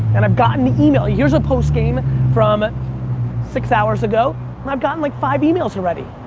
and i've gotten the email. here's the post-game from six hours ago, and i've gotten like five emails already.